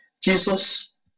Jesus